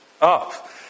Up